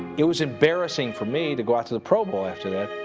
it was embarrassing for me to go out to the pro bowl after that.